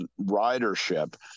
ridership